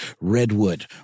Redwood